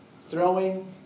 Throwing